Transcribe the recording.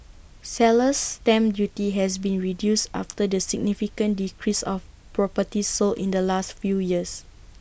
seller's stamp duty has been reduced after the significant decrease of properties sold in the last few years